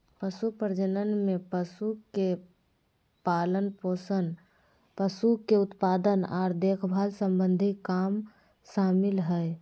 पशु प्रजनन में पशु के पालनपोषण, पशु के उत्पादन आर देखभाल सम्बंधी काम शामिल हय